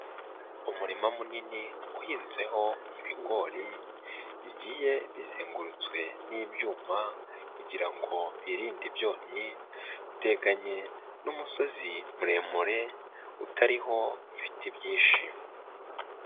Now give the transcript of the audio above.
Umurima munini uhinzeho ibigori, bigiye bizengurutswe n'ibyuma, kugira ngo birinde ibyonnyi, uteganye n'umusozi muremure, utariho ibiti byinshi.